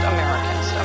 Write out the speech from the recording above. Americans